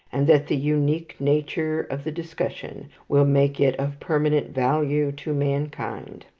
and that the unique nature of the discussion will make it of permanent value to mankind.